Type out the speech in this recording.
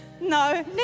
No